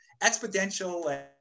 exponential